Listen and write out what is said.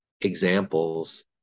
examples